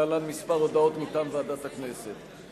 להלן כמה הודעות מטעם ועדת הכנסת.